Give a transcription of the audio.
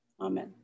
Amen